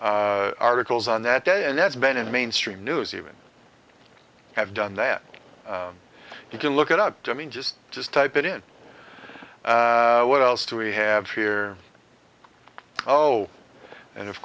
articles on that and that's been in mainstream news even have done that you can look at out i mean just just type it in what else do we have here oh and of